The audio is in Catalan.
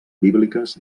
bíbliques